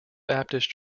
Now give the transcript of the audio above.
baptist